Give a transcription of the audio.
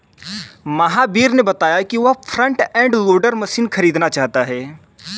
महावीर ने बताया कि वह फ्रंट एंड लोडर मशीन खरीदना चाहता है